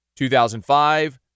2005